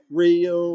real